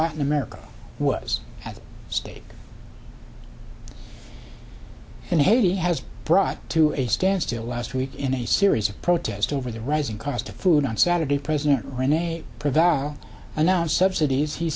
latin america was at stake and haiti has brought to a standstill last week in a series of protest over the rising cost of food on saturday president rene preval announced subsidies he